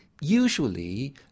Usually